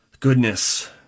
Goodness